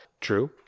True